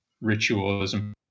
ritualism